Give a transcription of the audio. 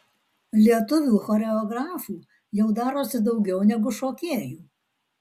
lietuvių choreografų jau darosi daugiau negu šokėjų